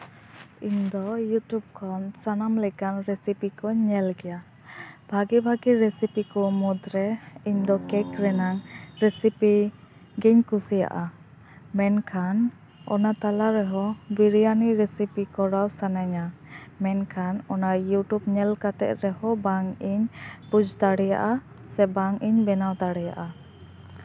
ᱤᱧ ᱫᱚ ᱤᱭᱩᱴᱩᱵ ᱠᱷᱚᱱ ᱥᱟᱱᱟᱢ ᱞᱮᱠᱟᱱ ᱨᱮᱥᱤᱯᱤ ᱠᱚᱧ ᱧᱮᱞ ᱜᱮᱭᱟ ᱵᱷᱟᱹᱜᱤ ᱵᱷᱟᱹᱜᱤ ᱨᱮᱥᱤᱯᱤ ᱠᱚ ᱢᱩᱫᱽᱨᱮ ᱤᱧ ᱫᱚ ᱠᱮᱠ ᱨᱮᱭᱟᱜ ᱨᱮᱥᱤᱯᱤ ᱜᱤᱧ ᱠᱩᱥᱤᱭᱟᱜᱼᱟ ᱢᱮᱱᱠᱷᱟᱱ ᱚᱱᱟ ᱛᱟᱞᱟ ᱨᱮᱦᱚᱸ ᱵᱤᱨᱤᱭᱟᱱᱤ ᱨᱮᱥᱤᱯᱤ ᱠᱚᱨᱟᱣ ᱥᱟᱱᱟᱧᱟ ᱢᱮᱱᱠᱷᱟᱱ ᱚᱱᱟ ᱤᱭᱩᱴᱩᱵ ᱧᱮᱞ ᱠᱟᱛᱮᱫ ᱨᱮᱦᱚᱸ ᱵᱟᱝ ᱤᱧ ᱵᱩᱡᱽ ᱫᱟᱲᱮᱭᱟᱜᱼᱟ ᱥᱮ ᱵᱟᱝ ᱤᱧ ᱵᱮᱱᱟᱣ ᱫᱟᱲᱮᱭᱟᱜᱼᱟ